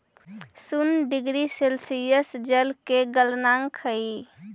शून्य degree Celsius जल के गलनांक हई